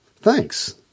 Thanks